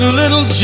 little